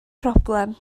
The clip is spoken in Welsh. broblem